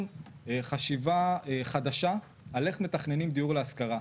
חשיבה חדשה על איך מתכננים דיור להשכרה.